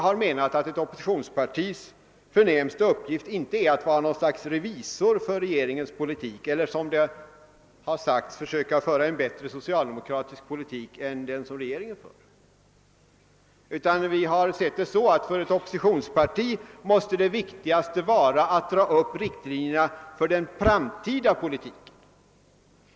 Vi menar att ett oppositionspartis förnämsta uppgift inte är att vara något slags revisorer för regeringens politik eller att, som det också sagts, försöka föra en bättre socialdemokratisk politik än den regeringen för, utan vi har sett saken så att det för ett oppositionsparti måste vara viktigast att dra upp riktlinjerna för den framtida politiken.